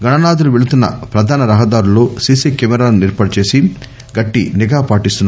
గణనాథులు పెళ్తున్న ప్రధాన రహదారుల్లో సిసి కెమెరాలను ఏర్పాటు చేసి గట్టి నిఘా పాటిస్తున్నారు